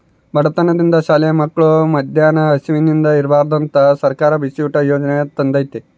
ಬಡತನದಿಂದ ಶಾಲೆ ಮಕ್ಳು ಮದ್ಯಾನ ಹಸಿವಿಂದ ಇರ್ಬಾರ್ದಂತ ಸರ್ಕಾರ ಬಿಸಿಯೂಟ ಯಾಜನೆ ತಂದೇತಿ